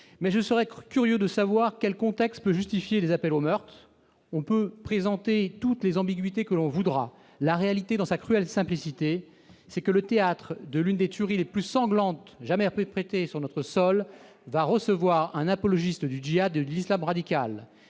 serais pourtant curieux de savoir quel contexte justifie des appels au meurtre ! On peut présenter toutes les arguties que l'on voudra, la réalité, dans sa cruelle simplicité, c'est que le théâtre de l'une des tueries les plus sanglantes jamais perpétrées sur notre sol va recevoir un apologiste du jihad et de l'islam radical